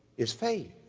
is faith.